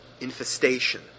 infestation